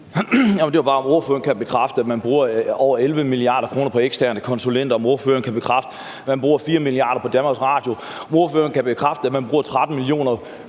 Det var bare, om ordføreren kan bekræfte, at man bruger over 11 mia. kr. på eksterne konsulenter, om ordføreren kan bekræfte, at man bruger 4 mia. kr. på Danmarks Radio, om ordføreren kan bekræfte, at man bruger 13 mia. kr.